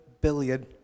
billion